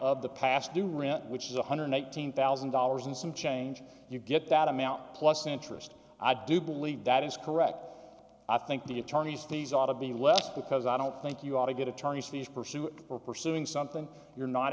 of the past due rant which is one hundred and eighteen thousand dollars and some change you get that amount plus interest i do believe that is correct but i think the attorney's fees ought to be less because i don't think you ought to get attorney's fees pursue for pursuing something you're not